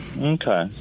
okay